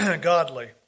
Godly